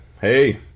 Hey